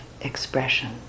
expression